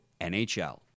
NHL